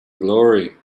glory